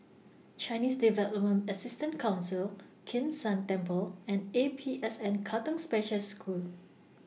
Chinese Development Assistance Council Kim San Temple and A P S N Katong Special School